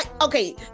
Okay